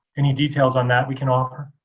any details on that we can offer?